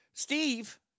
Steve